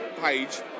page